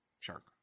Shark